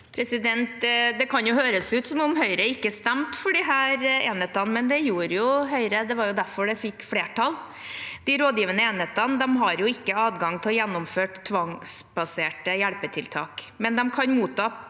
Det kan høres ut som om Høyre ikke stemte for disse enhetene, men det gjorde Høyre – det var jo derfor det fikk flertall. De rådgivende enhetene har ikke adgang til å gjennomføre tvangsbaserte hjelpetiltak, men de kan motta